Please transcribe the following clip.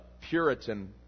Puritan